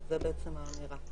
זאת האמירה?